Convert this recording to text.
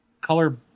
color